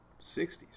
60s